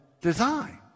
design